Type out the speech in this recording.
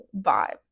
vibe